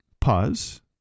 pause